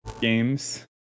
games